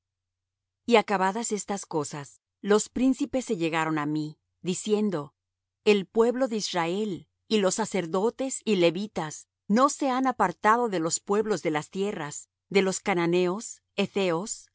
y acabadas estas cosas los príncipes se llegaron á mí diciendo el pueblo de israel y los sacerdotes y levitas no se han apartado de los pueblos de las tierras de los cananeos hetheos